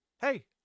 hey